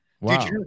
wow